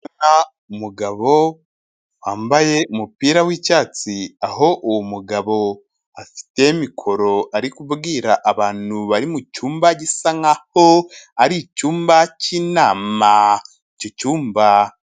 Umugabo wambaye umupira w'icyatsi, aho uwo mugabo afite mikoro ari kubwira abantu bari mu cyumba gisa nkaho ari icyumba cy'inama, icyo cyumba.